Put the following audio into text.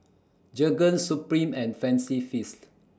Jergens Supreme and Fancy Feast